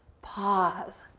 pause.